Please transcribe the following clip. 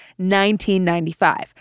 1995